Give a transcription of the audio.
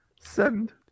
send